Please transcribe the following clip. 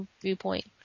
viewpoint